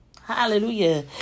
Hallelujah